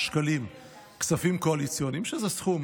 אינו נוכח,